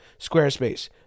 squarespace